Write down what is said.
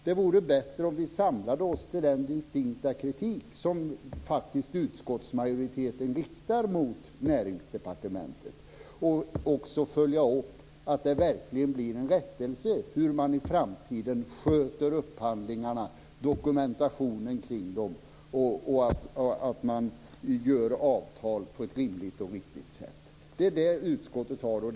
Det vore bättre om vi samlade oss till den distinkta kritik som utskottsmajoriteten faktiskt riktar mot Näringsdepartementet och följde upp att det verkligen blir en rättelse. Det handlar om hur man i framtiden sköter upphandlingar, dokumentationen kring dem och att man sluter avtal på ett rimligt och riktigt sätt. Det är vad utskottet har att göra.